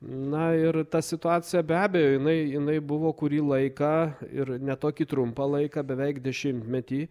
na ir ta situacija be abejo jinai jinai buvo kurį laiką ir ne tokį trumpą laiką beveik dešimtmetį